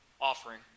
offering